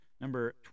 Number